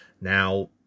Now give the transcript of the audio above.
Now